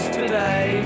today